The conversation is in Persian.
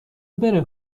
بره